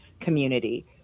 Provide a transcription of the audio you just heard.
community